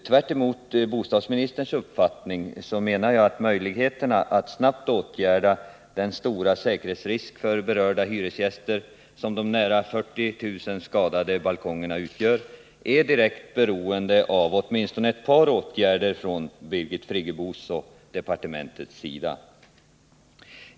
Tvärtemot bostadsministerns uppfattning menar jag att möjligheterna att snabbt åtgärda den stora säkerhetsrisk för berörda hyresgäster som de nära 40 000 skadade balkongerna utgör är direkt beroende av åtminstone ett par åtgärder från Birgit Friggebos och bostadsdepartementets sida.